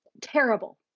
Terrible